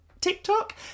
tiktok